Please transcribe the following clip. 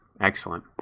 Excellent